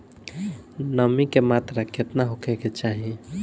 नमी के मात्रा केतना होखे के चाही?